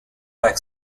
back